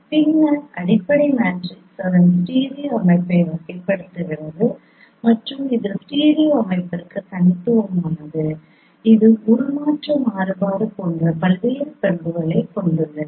பின்னர் அடிப்படை மேட்ரிக்ஸ் அதன் ஸ்டீரியோ அமைப்பை வகைப்படுத்துகிறது மற்றும் இது ஸ்டீரியோ அமைப்பிற்கு தனித்துவமானது இது உருமாற்ற மாறுபாடு போன்ற பல்வேறு பண்புகளைக் கொண்டுள்ளது